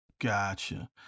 Gotcha